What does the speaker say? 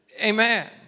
amen